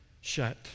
shut